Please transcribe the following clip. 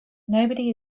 nobody